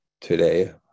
Today